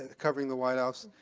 and covering the white house,